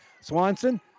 Swanson